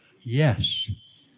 Yes